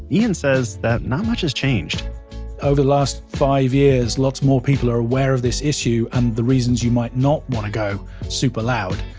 ian says that not much has changed over the last five years, lots more people are aware of this issue, and the reasons you might not want to go super loud,